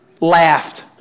laughed